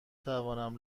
توانم